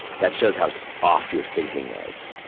that shows how so off your thinking is.